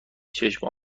چشم